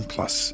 Plus